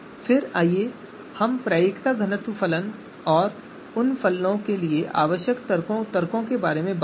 फिर आइए हम प्रायिकता घनत्व फलन और उन फलनों के लिए आवश्यक तर्कों के बारे में चर्चा करें